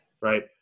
right